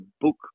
book